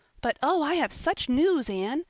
but oh, i have such news, anne.